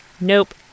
Nope